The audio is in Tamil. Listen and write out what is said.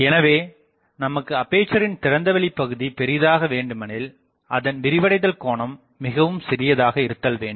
எனவே நமக்கு அப்பேசரின் திறந்தவெளிபகுதி பெரிதாக வேண்டுமெனில் அதன் விரிவடைதல் கோணம் மிகவும் சிறியதாக இருத்தல் வேண்டும்